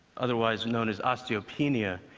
otherwise known as osteopenia,